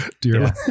dear